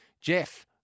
Jeff